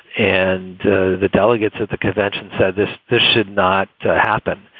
and the the delegates at the convention said this this should not happen,